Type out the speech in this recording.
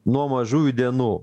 nuo mažųjų dienų